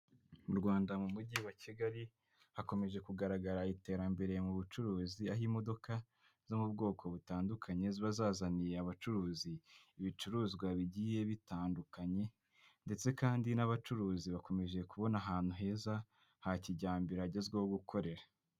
Mu Rwanda mu Mujyi wa Kigali hakomeje kugaragara iterambere mu bucuruzi, aho imodoka zo mu bwoko butandukanye ziba zazaniye abacuruzi ibicuruzwa bigiye bitandukanye, ndetse kandi n'abacuruzi bakomeje kubona ahantu heza ha kijyambere hagezweho gukorera.